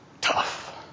Tough